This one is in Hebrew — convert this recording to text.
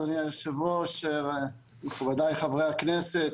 אדוני היושב-ראש, מכובדי חברי הכנסת,